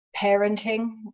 parenting